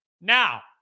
now